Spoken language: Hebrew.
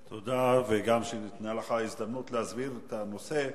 תודה, וגם ניתנה לך ההזדמנות להסביר את הנושא.